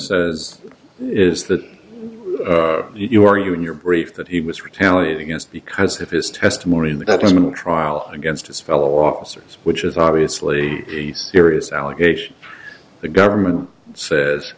says is that you are you and your brief that he was retaliate against because if his testimony in the government trial against his fellow officers which is obviously a serious allegation the government says